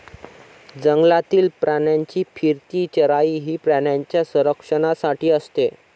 जंगलातील प्राण्यांची फिरती चराई ही प्राण्यांच्या संरक्षणासाठी असते